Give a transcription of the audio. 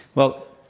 well,